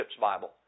Bible